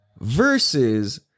versus